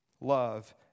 Love